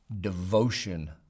devotion